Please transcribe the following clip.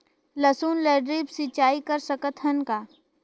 लसुन ल ड्रिप सिंचाई कर सकत हन का?